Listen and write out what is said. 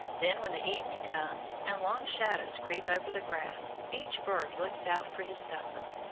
then when the evening comes, and long shadows creep over the grass, each bird looks out for his supper.